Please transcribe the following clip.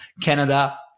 canada